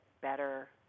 better